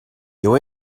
you